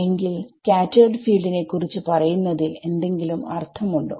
എങ്കിൽ scattered field നെ കുറിച്ചു പറയുന്നതിൽ എന്തെങ്കിലും അർഥമുണ്ടോ